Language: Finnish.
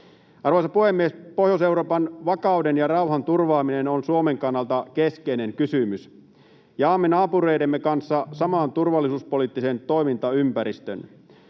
Arvoisa puhemies! Pohjois-Euroopan vakauden ja rauhan turvaaminen on Suomen kannalta keskeinen kysymys. Jaamme naapureidemme kanssa saman turvallisuuspoliittisen toimintaympäristön.